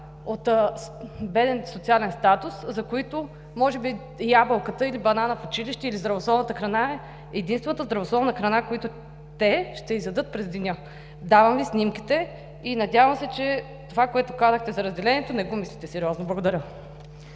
с беден социален статус, за които може би ябълката или банана в училище, или здравословната храна е единствената здравословна храна, която те ще изядат през деня. Давам Ви снимките и се надявам, че това, което казахте за разделението, не го мислите сериозно. (Подава